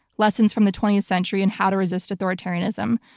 lessons from the twentieth century and how to resist authoritarianism.